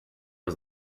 was